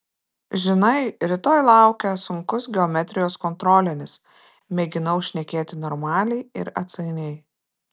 žinai rytoj laukia sunkus geometrijos kontrolinis mėginau šnekėti normaliai ir atsainiai